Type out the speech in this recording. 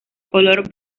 color